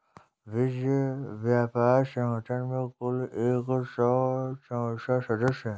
विश्व व्यापार संगठन में कुल एक सौ चौसठ सदस्य हैं